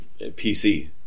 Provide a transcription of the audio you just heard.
PC